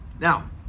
Now